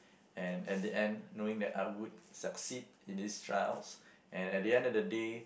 and at the end knowing that I would succeed in these trials and at the end of the day